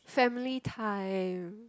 family time